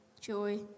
joy